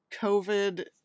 COVID